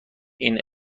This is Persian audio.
این